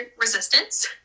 resistance